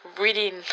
reading